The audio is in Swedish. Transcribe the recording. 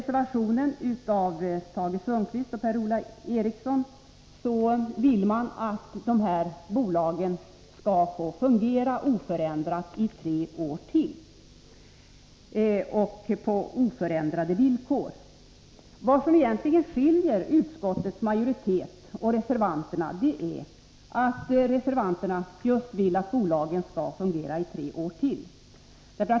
Tage Sundkvist och Per-Ola Eriksson vill i sin reservation att de här bolagen skall fungera i oförändrad form i tre år till och på oförändrade villkor. Vad som egentligen skiljer utskottsmajoriteten och reservanterna är att reservanterna just vill att bolagen skall fungera i tre år till.